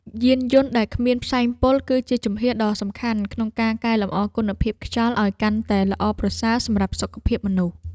យានយន្តដែលគ្មានផ្សែងពុលគឺជាជំហានដ៏សំខាន់ក្នុងការកែលម្អគុណភាពខ្យល់ឱ្យកាន់តែល្អប្រសើរសម្រាប់សុខភាពមនុស្ស។